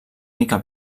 mica